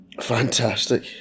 Fantastic